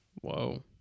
Whoa